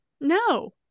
no